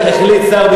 האחריות מוטלת עלי.